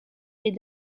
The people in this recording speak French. est